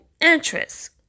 interest